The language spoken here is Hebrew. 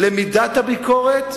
למידת הביקורת,